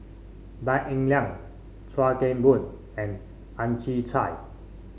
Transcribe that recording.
Tan Eng Liang Chuan Keng Boon and Ang Chwee Chai